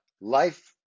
life